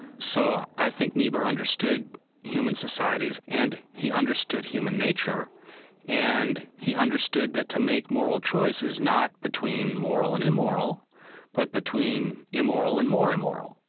so i think niebuhr understood human societies and he understood human nature and he understood that to make moral choice is not between moral and immoral but between immoral and more immoral.